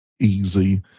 easy